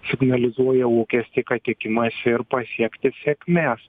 signalizuoja lūkestį kad tikimasi ir pasiekti sėkmės